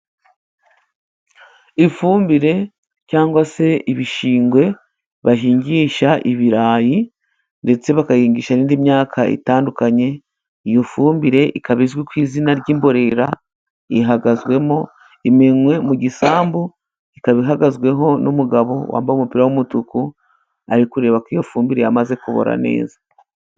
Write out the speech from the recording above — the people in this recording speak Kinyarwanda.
Ifumbire cyangwa se ibishingwe bahingisha ibirayi ndetse bakayihingisha n'indi myaka itandukanye, iyo fumbire ikaba izwi ku izina ry'imborera. Ihagazwemo imenwe mu gisambu ikaba ihagazweho n'umugabo wambaye umupira w'umutuku, ari kurebako iyo fumbire yamaze kubora neza.